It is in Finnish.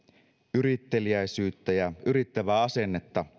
yrittelijäisyyttä ja yrittävää asennetta